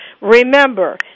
Remember